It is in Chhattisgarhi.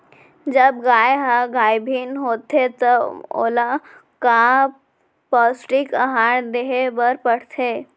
जब गाय ह गाभिन होथे त ओला का पौष्टिक आहार दे बर पढ़थे?